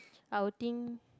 I would think